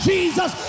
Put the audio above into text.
Jesus